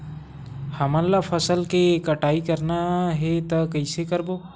हमन ला फसल के कटाई करना हे त कइसे करबो?